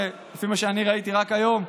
ולפי מה שאני ראיתי רק היום,